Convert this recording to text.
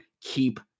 keep